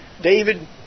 David